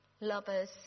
lovers